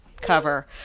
cover